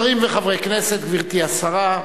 שרים וחברי הכנסת, גברתי השרה,